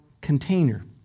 container